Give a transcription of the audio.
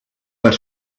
that